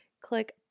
click